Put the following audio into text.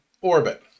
orbit